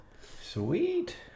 Sweet